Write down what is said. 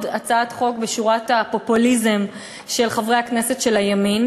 הצעת חוק בשורת הפופוליזם של חברי הכנסת של הימין.